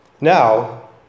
Now